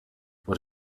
what